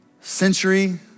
century